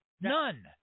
None